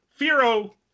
Firo